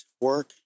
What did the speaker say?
work